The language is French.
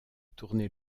tourné